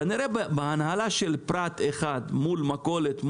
כנראה בהנהלת פרט אחד מול מכולת,